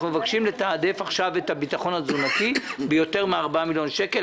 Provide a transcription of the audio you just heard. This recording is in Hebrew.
אנחנו מבקשים לתעדף עכשיו את הביטחון התזונתי ביותר מ-4 מיליון שקלים.